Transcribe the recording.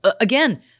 Again